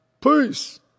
Peace